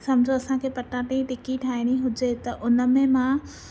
सम्झो असांखे पटाटे जी टिकी ठाहिणी हुजे त उनमें मां